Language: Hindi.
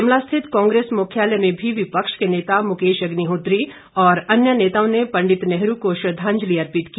शिमला स्थित कांग्रेस मुख्यालय में भी विपक्ष के नेता मुकेश अग्निहोत्री और अन्य नेताओं ने पंडित नेहरू को श्रद्धांजलि अर्पित की